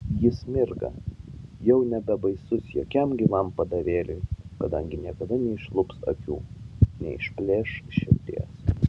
jis mirga jau nebebaisus jokiam gyvam padarėliui kadangi niekada neišlups akių neišplėš širdies